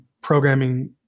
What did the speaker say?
programming